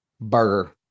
Burger